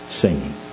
singing